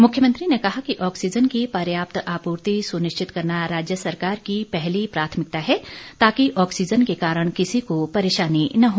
मुख्यमंत्री ने कहा कि ऑक्सीजन की पर्याप्त आपूर्ति सुनिश्चित करना राज्य सरकार की पहली प्राथमिकता है ताकि ऑक्सीजन के कारण किसी को परेशानी न हो